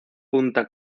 punta